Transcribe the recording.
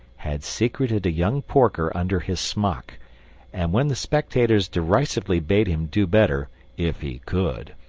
had secreted a young porker under his smock and when the spectators derisively bade him do better if he could,